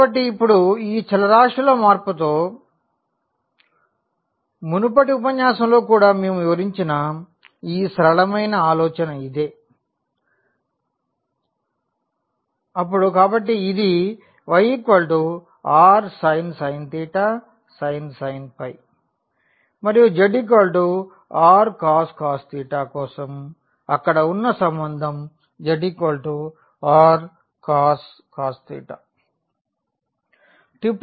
కాబట్టి ఇప్పుడు ఈ చలరాశుల మార్పుతో మునుపటి ఉపన్యాసంలో కూడా మేము వివరించిన ఈ సరళమైన ఆలోచన ఇదే అపుడు ఇది yrsin sin మరియు zrcos కోసం అక్కడ ఉన్న సంబంధం zrcos